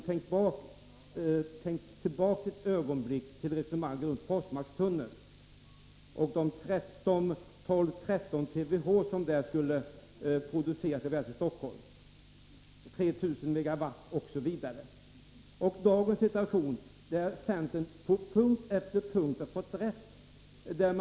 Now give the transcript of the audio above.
Tänk tillbaka ett ögonblick, Lennart Blom, på resonemangen kring Forsmarkstunneln och de 12-13 TWh som där skulle produceras, dessa 3 000 MW osv. och jämför med dagens situation, där centern på punkt efter punkt har fått rätt.